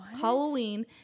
Halloween